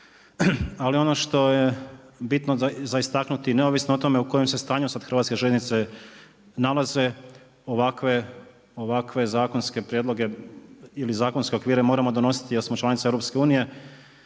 ali ono što je bitno za istaknuti, neovisno o tome u kojem se stanju sad hrvatske željeznice nalaze, ovakve zakonske prijedloge ili zakonske okvire moramo donositi jer smo članica EU-a, i